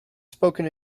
spoken